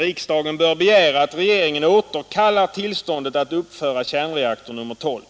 Riksdagen bör begära att regeringen återkallar tillståndet att uppföra kärnreaktor nr 12.